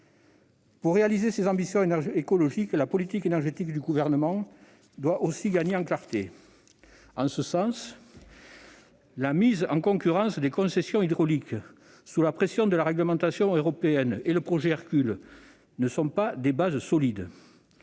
Pour réaliser ses ambitions écologiques, la politique énergétique du Gouvernement doit aussi gagner en clarté. En ce sens, la mise en concurrence des concessions hydrauliques, sous la pression de la réglementation européenne, et le projet Hercule ne sont pas des bases solides.